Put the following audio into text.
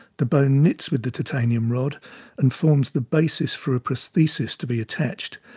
the bone knits with the titanium rod and forms the basis for a prosthesis to be attached.